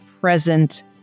present